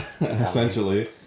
Essentially